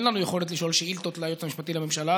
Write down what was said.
אין לנו יכולת לשאול שאילתות את היועץ המשפטי לממשלה.